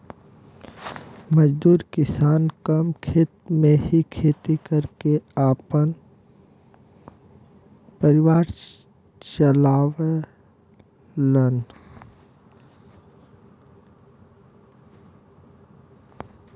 मजदूर किसान कम खेत में ही खेती कर क आपन परिवार चलावलन